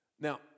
Now